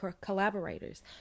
collaborators